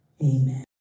Amen